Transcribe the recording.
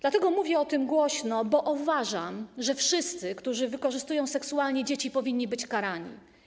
Dlatego mówię o tym głośno, bo uważam, że wszyscy, którzy wykorzystują seksualnie dzieci, powinni być karani.